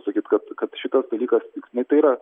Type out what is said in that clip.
sakyti kad kad šitas dalykas tai yra